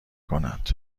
کند